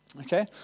Okay